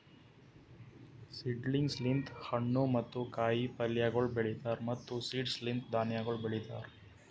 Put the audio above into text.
seedlings ಲಿಂತ್ ಹಣ್ಣು ಮತ್ತ ಕಾಯಿ ಪಲ್ಯಗೊಳ್ ಬೆಳೀತಾರ್ ಮತ್ತ್ ಸೀಡ್ಸ್ ಲಿಂತ್ ಧಾನ್ಯಗೊಳ್ ಬೆಳಿತಾರ್